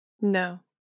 No